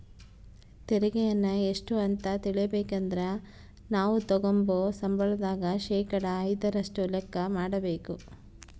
ತೆರಿಗೆಯನ್ನ ಎಷ್ಟು ಅಂತ ತಿಳಿಬೇಕಂದ್ರ ನಾವು ತಗಂಬೋ ಸಂಬಳದಾಗ ಶೇಕಡಾ ಐದರಷ್ಟು ಲೆಕ್ಕ ಮಾಡಕಬೇಕು